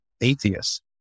atheists